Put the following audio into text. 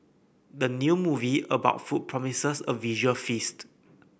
the new movie about food promises a visual feast